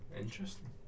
Interesting